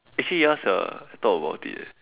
actually ya sia I thought about it eh